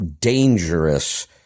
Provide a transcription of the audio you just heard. dangerous